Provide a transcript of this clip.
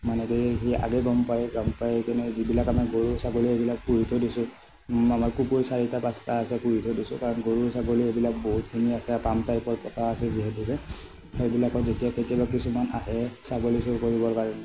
মানে সি আগেয়ে গম পায় গম পাই কেনে যিবিলাক আমি গৰু ছাগলী সেইবিলাক পোহি থৈ দিছোঁ আমাৰ কুকুৰ চাৰিটা পাঁচটা আছে পোহি থৈ দিছোঁ কাৰণ গৰু ছাগলী এইবিলাক বহুতখিনি আছে আৰু পান টাইপৰ পকা আছে যিহেতুকে সেইবিলাকৰ যেতিয়া কেতিয়াবা কিছুমান আহে ছাগলী চোৰ কৰিবৰ কাৰণে